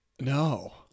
No